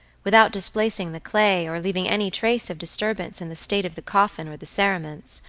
without displacing the clay or leaving any trace of disturbance in the state of the coffin or the cerements,